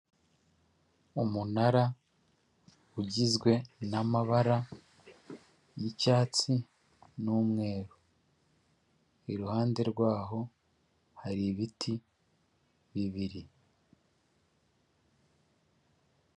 Umunara ugizwe n'amabara y'icyatsi n'umweru, iruhande rwaho hari ibiti bibiri.